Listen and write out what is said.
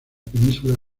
península